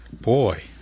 boy